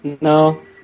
no